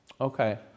Okay